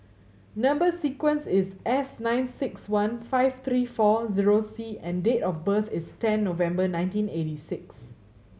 number sequence is S nine six one five three four zero C and date of birth is ten November nineteen eighty six